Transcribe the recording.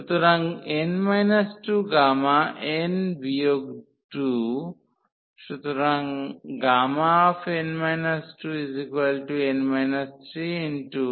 সুতরাং n 2 gamma n বিয়োগ 2 সুতরাং n 2Γ